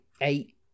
eight